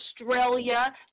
Australia